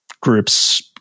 groups